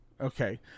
Okay